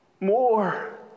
More